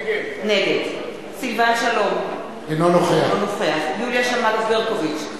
נגד סילבן שלום, אינו נוכח יוליה שמאלוב-ברקוביץ,